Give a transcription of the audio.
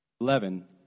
eleven